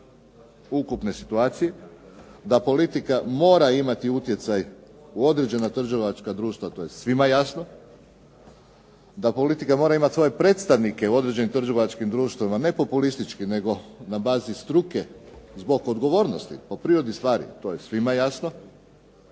da politika mora imati utjecaj u određena trgovačka društva to je svima jasno, da politika mora imati svoje predstavnike u određenim trgovačkim društvima ne populistički, nego na bazi struke zbog odgovornosti po prirodi stvari to je svima jasno.